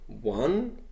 One